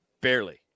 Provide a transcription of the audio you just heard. barely